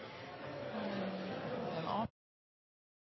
enkel.